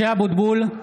(קורא בשמות חברי הכנסת) משה אבוטבול,